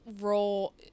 role